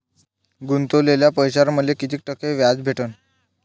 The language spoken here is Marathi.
गुतवलेल्या पैशावर मले कितीक टक्के व्याज भेटन?